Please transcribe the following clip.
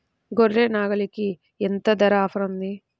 గొర్రె, నాగలికి ఎంత ధర ఆఫర్ ఉంది?